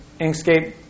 Inkscape